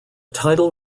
title